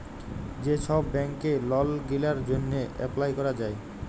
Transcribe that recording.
যে ছব ব্যাংকে লল গিলার জ্যনহে এপ্লায় ক্যরা যায়